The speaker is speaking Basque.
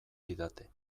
didate